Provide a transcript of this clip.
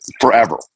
forever